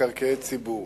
זה טרומית, אורי אריאל?